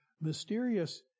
Mysterious